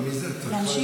גם את זה צריך להגיד.